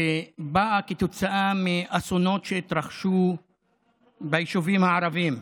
שבאה כתוצאה מאסונות שהתרחשו ביישובים הערביים,